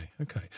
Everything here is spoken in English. okay